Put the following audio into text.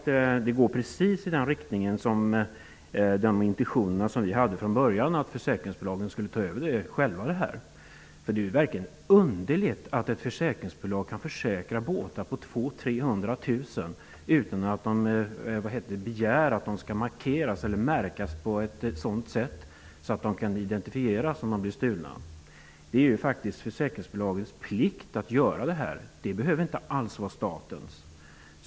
Frågan går precis i den riktning som var vår intention redan från början, dvs. att försäkringsbolagen skall ta över registret. Det är verkligen underligt att ett försäkringsbolag kan försäkra båtar till ett värde av 200 000--300 000 kr utan att begära att båtarna skall märkas på ett sådant sätt att de kan identifieras om de blir stulna. Det är försäkringsbolagens plikt att göra detta. Det behöver inte alls vara statens plikt.